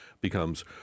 becomes